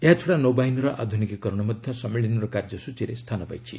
ଏହାଛଡ଼ା ନୌବାହିନୀର ଆଧୁନିକୀକରଣ ମଧ୍ୟ ସମ୍ମିଳନୀର କାର୍ଯ୍ୟସୂଚୀରେ ସ୍ଥାନ ପାଇଛି